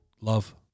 love